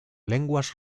lenguas